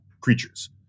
creatures